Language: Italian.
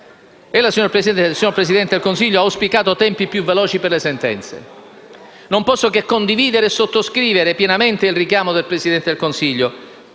Ella, signor Presidente del Consiglio, ha auspicato tempi più veloci per le sentenze. Non posso che condividere e sottoscrivere pienamente il richiamo del Presidente del Consiglio,